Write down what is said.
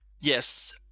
Yes